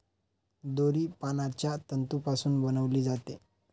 दोरी पानांच्या तंतूपासून बनविली जाते